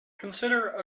consider